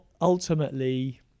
ultimately